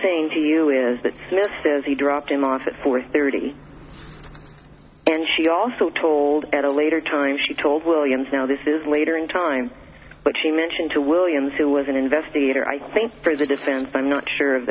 saying to you is that smith says he dropped him off at four thirty and she also told at a later time she told williams now this is later in time but she mentioned to williams who was an investigator i think for the defense i'm not sure of